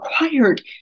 required